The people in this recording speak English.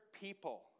people